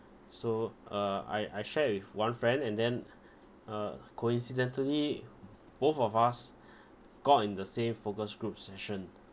so uh I I share with one friend and then uh coincidentally both of us got in the same focus group session